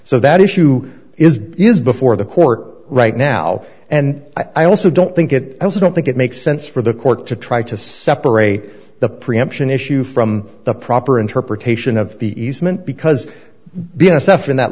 so that issue is is before the court right now and i also don't think it i also don't think it makes sense for the court to try to separate the preemption issue from the proper interpretation of the easement because b s f in that